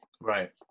Right